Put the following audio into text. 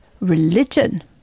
religion